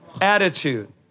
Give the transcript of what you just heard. attitude